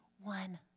one